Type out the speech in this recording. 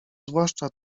zwłaszcza